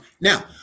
Now